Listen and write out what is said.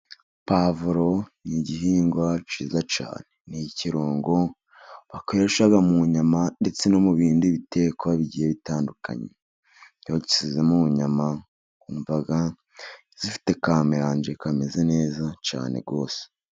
Pwavuro ni igihingwa cyiza cyane. Ni ikirungo bakoresha mu nyama ndetse no mu bindi bitekwa bigiye bitandukanye. Iyo bagishyize mu nyama, wumva zifite ka meranje kameze neza cyane rwose.